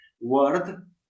word